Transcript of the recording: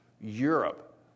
Europe